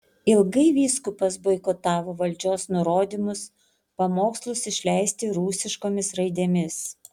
ilgai vyskupas boikotavo valdžios nurodymus pamokslus išleisti rusiškomis raidėmis